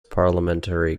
parliamentary